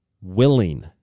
willing